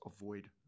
avoid